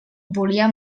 volia